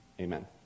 amen